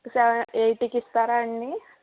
సెవ్ ఎయిట్కి ఇస్తారా అండి